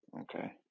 Okay